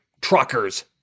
truckers